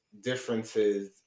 differences